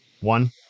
One